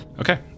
Okay